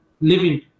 living